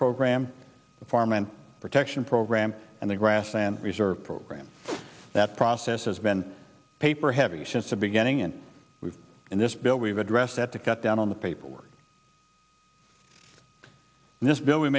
program the farm and protection program and the grass and reserve program that process has been paper heavy since the beginning and we in this bill we've addressed that to cut down on the paperwork and this bill w